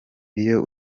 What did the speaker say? iyo